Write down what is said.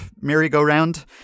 merry-go-round